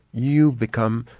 you become,